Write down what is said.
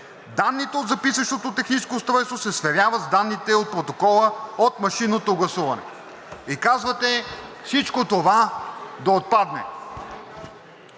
Данните от записващото техническо устройство се сверяват с данните от протокола от машинното гласуване. И казвате всичко това да отпадне.